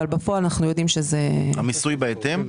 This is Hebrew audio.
אבל בפועל -- המיסוי הוא בהתאם?